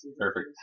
perfect